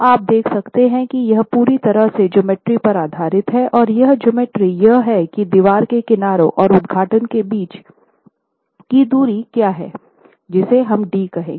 तो आप देख सकते हैं कि यह पूरी तरह से ज्योमेट्री पर आधारित है और यह ज्योमेट्री यह है की दीवार के किनारे और उद्घाटन के बीच की दूरी क्या है जिसे हम D कहेंगे